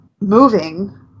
moving